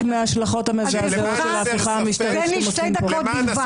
חלק מההשלכות המזעזעות של ההפיכה המשטרית שאתם עושים כאן.